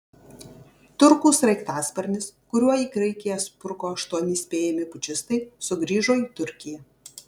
turkų sraigtasparnis kuriuo į graikiją spruko aštuoni spėjami pučistai sugrįžo į turkiją